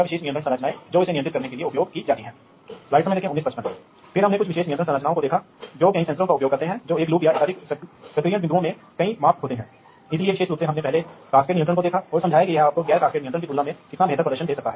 इसलिए यदि आप चाहते हैं कि प्रत्येक व्यक्ति वास्तव में एक भाषा में दूसरे से बात करेगा तो आप वास्तव में एक प्रारूप में डेटा का आदान प्रदान करेंगे जो दूसरे के लिए स्वीकार्य है और इच्छाशक्ति उस डेटा का अर्थ बनाएगा जो इसे दूसरे से प्राप्त हुआ है